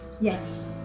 yes